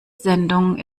sendung